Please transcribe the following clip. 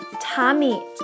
Tommy